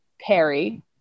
Perry